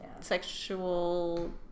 sexual